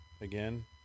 again